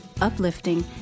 uplifting